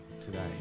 today